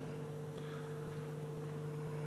התרבות והספורט נתקבלה.